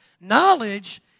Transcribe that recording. Knowledge